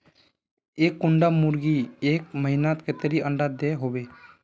एक कुंडा मुर्गी एक महीनात कतेरी अंडा दो होबे?